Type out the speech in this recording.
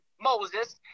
Moses